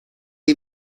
hay